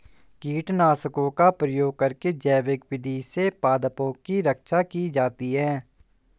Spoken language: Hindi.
कीटनाशकों का प्रयोग करके जैविक विधि से पादपों की रक्षा की जाती है